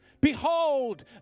Behold